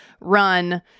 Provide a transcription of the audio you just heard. run